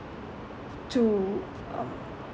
to um